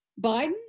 Biden